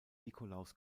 nikolaus